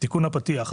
תיקון הפתיח.